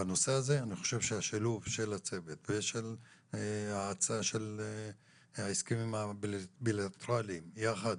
אני חושב שהשילוב של הצוות ושל ההסכמים הבילטרליים יחד